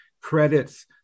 credits